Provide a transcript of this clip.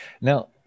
Now